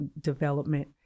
development